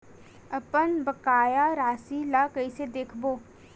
अपन बकाया राशि ला कइसे देखबो?